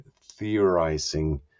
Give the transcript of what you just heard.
theorizing